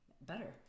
better